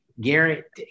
Garrett